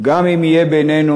גם אם יהיה בינינו,